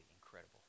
incredible